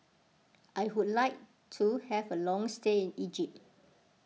I would like to have a long stay in Egypt